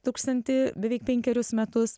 tūkstantį beveik penkerius metus